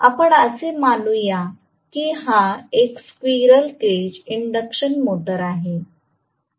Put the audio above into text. आपण असे मानू या की हा एक स्वीरल केज इंडक्शन मोटर आहे